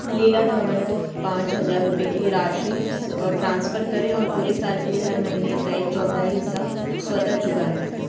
लीला धवन को पाँच हज़ार रुपये की राशि ट्रांसफर करें और पूरे साल के लिए हर महीने इसका एक चौथाई हिस्सा स्वतः चुकाएं